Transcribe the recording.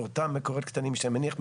ואותם מקורות קטנים שאני מניח,